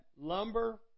lumber